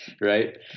Right